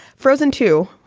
frozen two